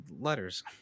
letters